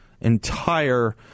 entire